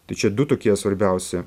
tai čia du tokie svarbiausi